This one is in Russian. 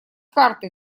карты